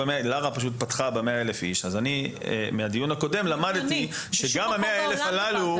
לארה פתחה ב-100 אלף איש ואני למדתי מהדיון הקודם שגם ה-100 אלף הללו,